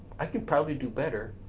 i could probably do better,